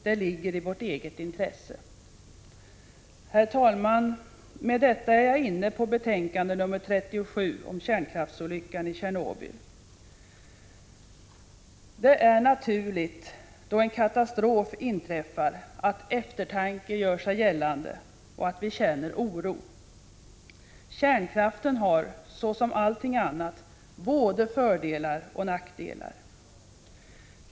Det ligger i vårt eget intresse. Herr talman! Med detta är vi inne på betänkandet nr 37 om kärnkraftsolyckan i Tjernobyl. Det är naturligt då en katastrof inträffar att eftertanken gör sig gällande och att vi känner oro. Kärnkraften har, såsom allting annat, både fördelar och nackdelar.